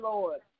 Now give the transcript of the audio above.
Lord